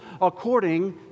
according